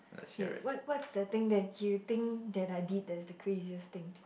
okay what what's the thing that you think that I did that's the craziest thing